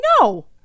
No